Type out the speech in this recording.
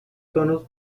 tonos